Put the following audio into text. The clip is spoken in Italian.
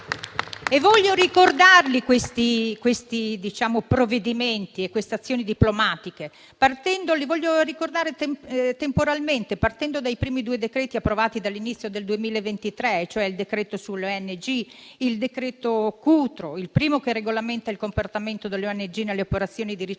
Voglio ricordare temporalmente i provvedimenti e le azioni diplomatiche, partendo dai primi due decreti approvati dall'inizio del 2023, cioè il decreto sulle ONG, il decreto Cutro: il primo regolamenta il comportamento delle ONG nelle operazioni di ricerca e